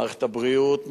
מערכת הבריאות,